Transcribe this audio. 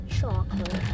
chocolate